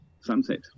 sunset